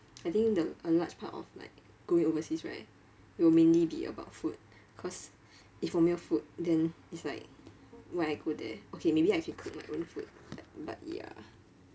I think the a large part of like going overseas right will mainly be about food cause if 我没有 food then it's like why I go there okay maybe I can cook my own food but but ya